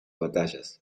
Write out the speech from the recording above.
batallas